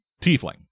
Tiefling